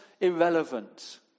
irrelevant